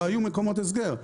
לא היו מקומות הסגר,